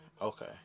Okay